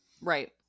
Right